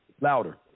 Louder